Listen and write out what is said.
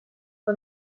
que